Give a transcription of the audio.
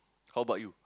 how about you